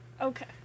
Okay